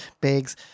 bags